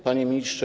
Panie Ministrze!